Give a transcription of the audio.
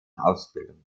ausbildung